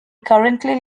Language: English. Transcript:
currently